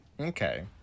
Okay